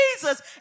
Jesus